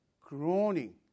groaning